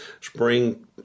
spring